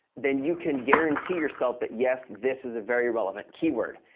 then you can guarantee yourself that, yes, this is a very relevant keyword.